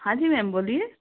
हाँ जी मैम बोलिए